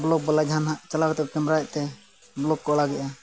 blog ᱵᱟᱞᱟ ᱡᱟᱦᱟᱸ ᱱᱟᱜ ᱪᱟᱞᱟᱣ ᱠᱟᱛᱮᱫ ᱠᱮᱢᱮᱨᱟᱭᱮᱫ ᱛᱮ ᱵᱞᱚᱜᱽ ᱠᱚ ᱟᱲᱟᱜᱮᱜᱼᱟ